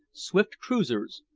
swift cruisers,